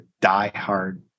diehard